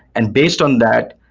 and based on that,